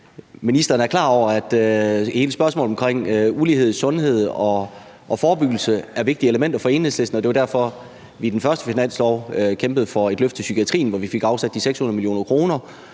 ministeren er klar over, at hele spørgsmålet omkring ulighed i sundhed og forebyggelse er vigtige elementer for Enhedslisten, og det var derfor, vi i den første finanslov kæmpede for et løft til psykiatrien, hvor vi fik afsat de 600 mio. kr.,